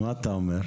יאיר, מה אתה אומר?